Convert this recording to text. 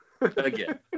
Again